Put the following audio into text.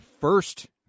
first